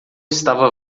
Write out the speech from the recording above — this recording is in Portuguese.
estava